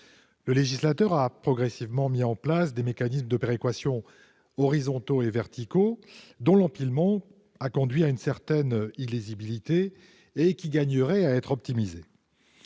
Le législateur a progressivement mis en place des mécanismes de péréquation verticale et horizontale. Leur empilement a conduit à une certaine illisibilité ; ils gagneraient à être optimisés.